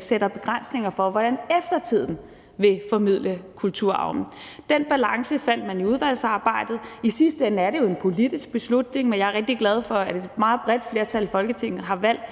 sætter begrænsninger for, hvordan eftertiden vil formidle kulturarven. Den balance fandt man i udvalgsarbejdet. I sidste ende er det jo en politisk beslutning, men jeg er rigtig glad for, at et meget bredt flertal i Folketinget har valgt